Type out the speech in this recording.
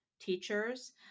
teachers